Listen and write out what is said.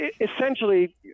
essentially